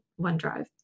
OneDrive